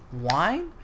wine